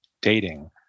dating